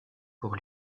pour